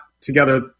together